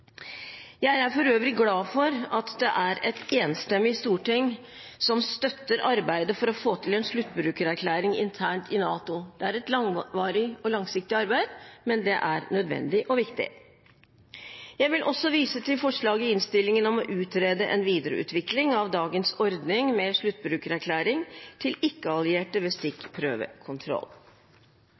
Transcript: Jeg er for øvrig glad for at et enstemmig storting støtter arbeidet for å få til en sluttbrukererklæring internt i NATO. Det er et langvarig og langsiktig arbeid, men nødvendig og viktig. Jeg vil også vise til forslaget i innstillingen om å utrede en videreutvikling av dagens ordning med sluttbrukererklæring til ikke-allierte ved stikkprøvekontroll.